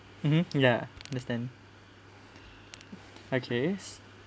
mmhmm ya understand okay so